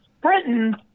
Britain